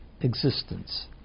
existence